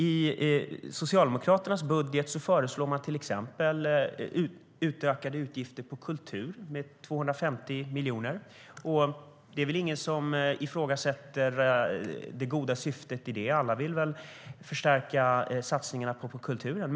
I Socialdemokraternas budget föreslås till exempel utökade utgifter på kultur med 250 miljoner. Det är väl ingen som ifrågasätter det goda syftet i det? Alla vill väl förstärka satsningarna på kulturen?